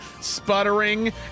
sputtering